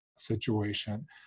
situation